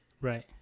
Right